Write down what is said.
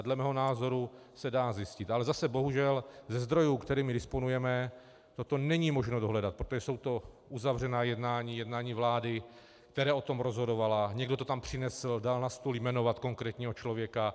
Dle mého názoru se dá zjistit, ale zase bohužel ze zdrojů, kterými disponujeme, toto není možno dohledat, protože to jsou uzavřená jednání, jednání vlády, která o tom rozhodovala, někdo to tam přinesl, dal na stůl jméno konkrétního člověka.